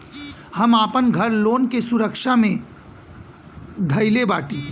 हम आपन घर लोन के सुरक्षा मे धईले बाटी